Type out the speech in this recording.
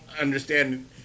understand